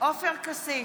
עופר כסיף,